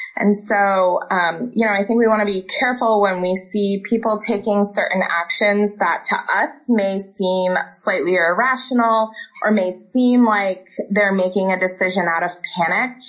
and so um you know i think we want to be careful when we see people taking certain actions that to us may seem slightly or irrational or may seem like they're making a decision out of panic.